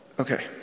Okay